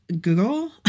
Google